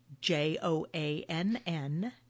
J-O-A-N-N